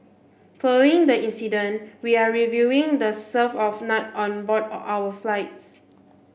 following the incident we are reviewing the serve of nut on board our flights